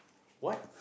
what